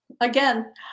again